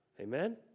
Amen